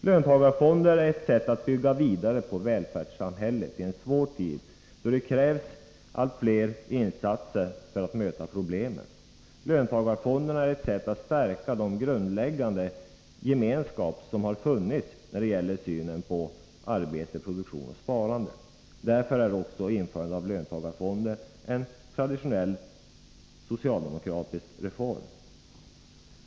Löntagarfonderna är ett sätt att bygga vidare på välfärdssamhället i en svår tid, då nya insatser krävs för att möta problemen. Löntagarfonderna är ett sätt att stärka den grundläggande intressegemenskap som finns när det gäller synen på arbete, produktion och sparande. Därför är införandet av löntagarfonder en traditionell socialdemokratisk reform.